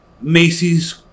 Macy's